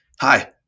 hi